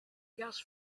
gas